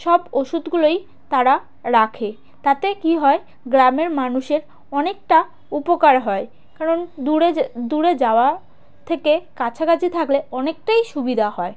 সব ওষুধগুলোই তারা রাখে তাতে কী হয় গ্রামের মানুষের অনেকটা উপকার হয় কারণ দূরে যে দূরে যাওয়া থেকে কাছাকাছি থাকলে অনেকটাই সুবিধা